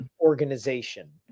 organization